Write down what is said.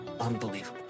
Unbelievable